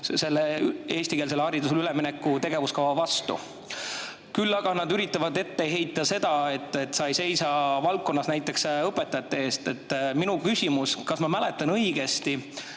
eestikeelsele haridusele ülemineku tegevuskava vastu. Küll aga nad üritavad ette heita seda, et sa ei seisa valdkonnas näiteks õpetajate eest. Minu küsimus: kas ma mäletan õigesti,